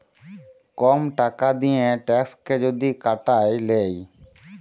কম টাকা দিঁয়ে ট্যাক্সকে যদি কাটায় লেই